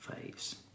phase